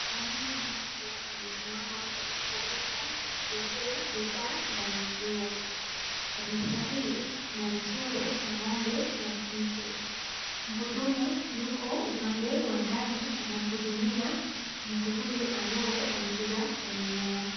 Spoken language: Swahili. Mwanamume mmoja amesimama katika duka la kuuzia bidhaa za maziwa. Kwenye duka hili kuna mchoro wa ng'ombe wa kike. Mhudumu yuko upande wa ndani anamhudumia mtu huyu ambaye amekuja kununua.